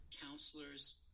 counselors